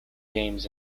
games